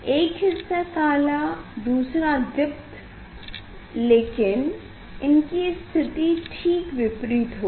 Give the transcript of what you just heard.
एक हिस्सा काला और दूसरा दीप्त लेकिन इनकी स्थिति ठीक विपरीत होगी